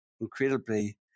incredibly